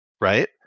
right